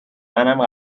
منم